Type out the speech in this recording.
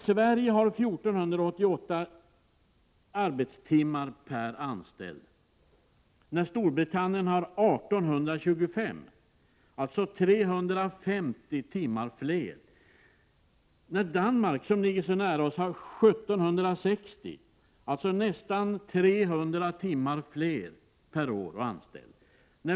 Sverige har 1 488 arbetstimmar per anställd, medan Storbritannien har 1 825, alltså 350 arbetstimmar mer. Danmark, som ligger så nära oss, har 1 760 timmar, alltså nästan 300 timmar mer per år och anställd.